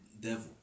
devil